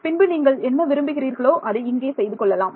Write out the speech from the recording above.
பின்பு நீங்கள் என்ன விரும்புகிறீர்களோ அதை இங்கே செய்து கொள்ளலாம்